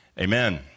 Amen